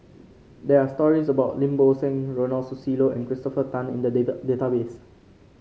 there are stories about Lim Bo Seng Ronald Susilo and Christopher Tan in the data database